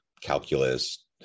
calculus